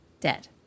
dead